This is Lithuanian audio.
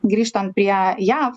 grįžtant prie jav